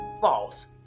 False